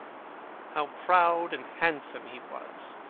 how proud and handsome he was,